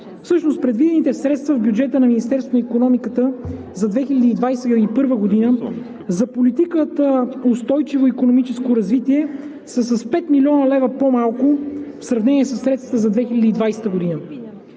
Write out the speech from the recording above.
Всъщност предвидените средства в бюджета на Министерството на икономиката за 2021 г. за политиката „Устойчиво икономическо развитие“ са с 5 млн. лв. по-малко в сравнение със средствата за 2020 г.